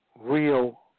real